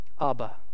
abba